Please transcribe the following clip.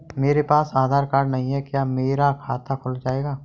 मेरे पास आधार कार्ड नहीं है क्या मेरा खाता खुल जाएगा?